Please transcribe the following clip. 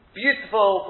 beautiful